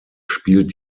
spielt